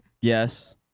Yes